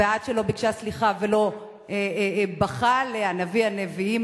ועד שלא ביקשה סליחה ולא בכה עליה נביא הנביאים,